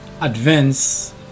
advance